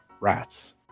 rats